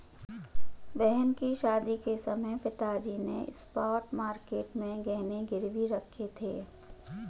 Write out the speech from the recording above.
बहन की शादी के समय पिताजी ने स्पॉट मार्केट में गहने गिरवी रखे थे